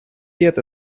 лет